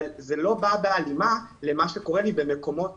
אבל זה לא בא בהלימה למה שקורה אצלי במקומות